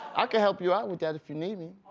ah can help you out with that if you need me.